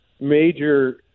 major